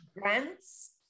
grants